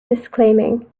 disclaiming